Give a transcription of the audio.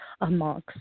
amongst